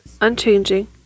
unchanging